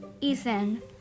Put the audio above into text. Ethan